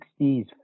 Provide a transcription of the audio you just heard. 60s